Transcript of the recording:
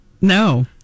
No